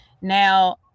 Now